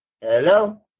Hello